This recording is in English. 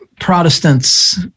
Protestants